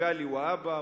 מגלי והבה,